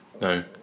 no